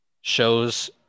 shows